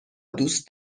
دوست